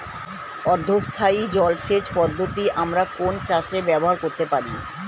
অর্ধ স্থায়ী জলসেচ পদ্ধতি আমরা কোন চাষে ব্যবহার করতে পারি?